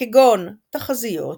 כגון תחזיות,